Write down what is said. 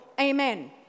Amen